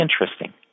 interesting